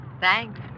Thanks